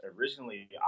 originally